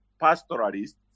pastoralists